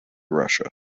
russia